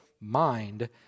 mind